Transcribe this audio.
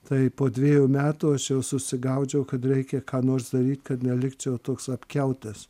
tai po dviejų metų aš jau susigaudžiau kad reikia ką nors daryt kad nelikčiau toks apkiautęs